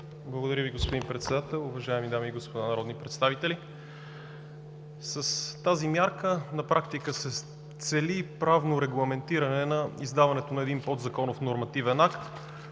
Благодаря Ви, господин Председател. Уважаеми дами и господа народни представители! С тази мярка на практика се цели правно регламентиране на издаването на един подзаконов нормативен акт,